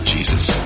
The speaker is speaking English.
Jesus